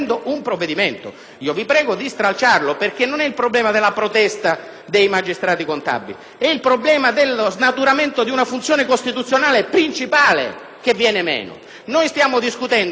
il problema è quello dello snaturamento di una funzione costituzionale principale, che viene meno. Noi stiamo discutendo nell'ambito della riforma della giustizia se creare uno o più CSM o se accorpare